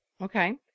Okay